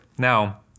Now